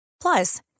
Plus